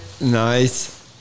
Nice